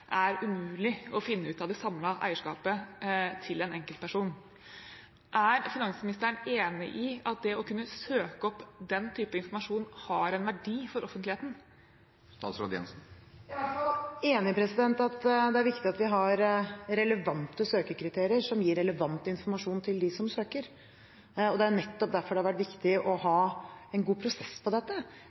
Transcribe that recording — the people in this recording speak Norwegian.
er umulig å finne ut av det samlede eierskapet til en enkeltperson. Er finansministeren enig i at det å kunne søke opp den type informasjon har en verdi for offentligheten? Jeg er i hvert fall enig i at det er viktig at vi har relevante søkekriterier som gir relevant informasjon til dem som søker. Det er nettopp derfor det har vært viktig å ha en god prosess på dette.